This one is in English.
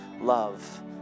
love